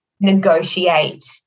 negotiate